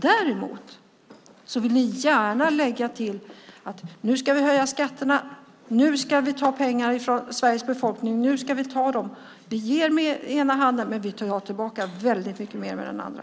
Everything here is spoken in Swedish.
Ni vill gärna höja skatterna och ta pengar från Sveriges befolkning. Ni ger med ena handen men tar tillbaka mycket mer med den andra.